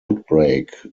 outbreak